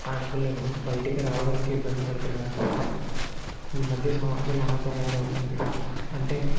ఆడపిల్లలు బయటికి రావడానికి ఇబ్బంది పడుతున్నారు ఈ మధ్య సమాజం అలా తయారవుతుంది అంటే